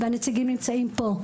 והנציגים נמצאים פה.